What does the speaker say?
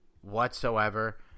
whatsoever